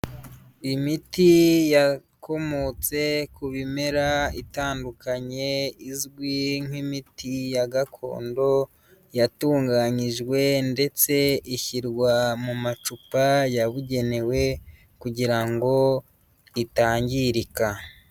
Imiti yakomotse ku ibimera itandukanye, izwi nk'imiti ya gakondo yatunganyijwe ndetse ishyirwa mu macupa yabugenewe kugira ngo itangirika.